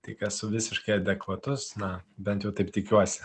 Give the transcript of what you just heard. tai ką su visiškai adekvatus na bent jau taip tikiuosi